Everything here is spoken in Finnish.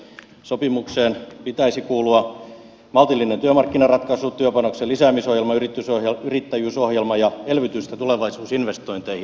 sopimukseen pitäisi kuulua maltillinen työmarkkinaratkaisu työpanoksen lisäämisohjelma yrittäjyysohjelma ja elvytystä tulevaisuusinvestointeihin